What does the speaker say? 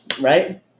Right